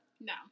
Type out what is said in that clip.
No